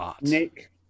Nick